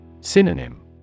Synonym